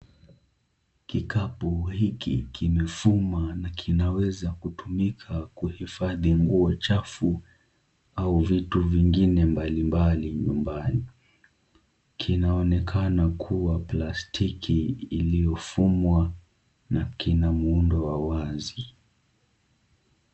Kikapu hiki kimefumwa na kinaweza kutumika kuhifadhi nguo chafu au vitu vingine mbalimbali nyumbani. Kinaonekana kuwa plastiki iliyofumwa na kina muundo wa wazi.